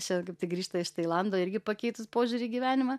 šiandien kaip tik grįžta iš tailando irgi pakeitus požiūrį į gyvenimą